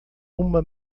uma